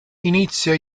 inizia